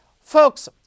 Folks